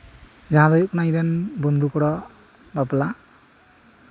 ᱡᱟᱦᱟᱸ ᱫᱚ ᱦᱩᱭᱩᱜ ᱠᱟᱱᱟ ᱤᱧᱨᱮᱱ ᱵᱚᱱᱫᱷᱩ ᱠᱚᱲᱟᱣᱟᱜ ᱵᱟᱯᱞᱟ